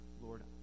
Lord